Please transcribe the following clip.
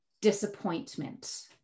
disappointment